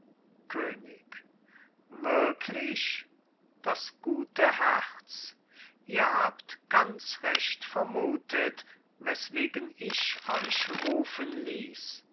könig wirklich das gute herz ihr habt ganz recht vermutet weswegen ich euch rufen ließ